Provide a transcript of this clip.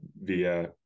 via